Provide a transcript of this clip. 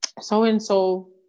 so-and-so